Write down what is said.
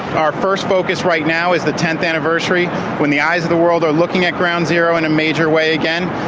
our first focus right now is the tenth anniversary when the eyes of the world are looking at ground zero in a major way again.